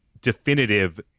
definitive